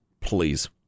please